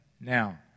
Now